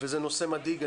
וזה נושא מדאיג.